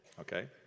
Okay